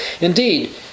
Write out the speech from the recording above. Indeed